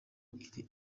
iri